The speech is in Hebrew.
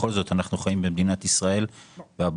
בכל זאת אנחנו חיים במדינת ישראל והבוקר